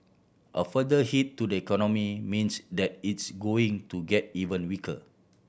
a further hit to the economy means that it's going to get even weaker